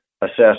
assess